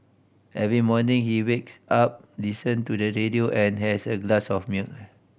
every morning he wakes up listen to the radio and has a glass of milk